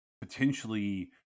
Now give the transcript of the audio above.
potentially